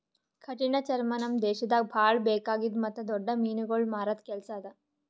ಕಠಿಣ ಚರ್ಮ ನಮ್ ದೇಶದಾಗ್ ಭಾಳ ಬೇಕಾಗಿದ್ದು ಮತ್ತ್ ದೊಡ್ಡ ಮೀನುಗೊಳ್ ಮಾರದ್ ಕೆಲಸ ಅದಾ